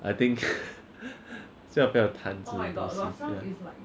I think so 要不要之不是钱